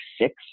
six